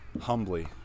humbly